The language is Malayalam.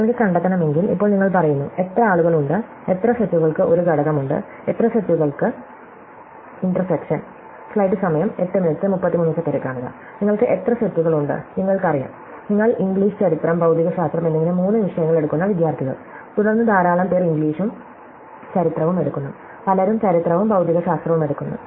നിങ്ങൾക്ക് കണ്ടെത്തണമെങ്കിൽ ഇപ്പോൾ നിങ്ങൾ പറയുന്നു എത്ര ആളുകൾ ഉണ്ട് എത്ര സെറ്റുകൾക്ക് ഒരു ഘടകമുണ്ട് എത്ര സെറ്റുകൾക്ക് സ്ലൈഡ് സമയം 0833 കാണുക ഇന്റർസെക്ഷൻ നിങ്ങൾക്ക് എത്ര സെറ്റുകൾ ഉണ്ട് നിങ്ങൾക്കറിയാം നിങ്ങൾ ഇംഗ്ലീഷ് ചരിത്രം ഭൌതികശാസ്ത്രം എന്നിങ്ങനെ മൂന്ന് വിഷയങ്ങൾ എടുക്കുന്ന വിദ്യാർത്ഥികൾ തുടർന്ന് ധാരാളം പേർ ഇംഗ്ലീഷും ചരിത്രവും എടുക്കുന്നു പലരും ചരിത്രവും ഭൌതികശാസ്ത്രവും എടുക്കുന്നു